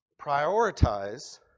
Prioritize